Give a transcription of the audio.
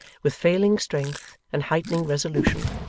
with failing strength and heightening resolution,